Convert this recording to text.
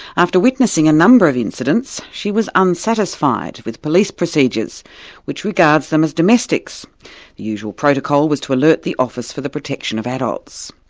after witnessing a number of incidents she was unsatisfied with police procedures which regards them as domestics, the usual protocol was to alert the office for the protection of adults.